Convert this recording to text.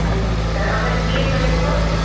अच्छा अगर B A करें तो